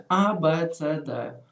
a b c d